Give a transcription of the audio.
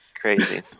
crazy